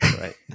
Right